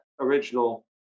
original